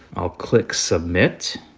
i'll click submit.